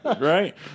Right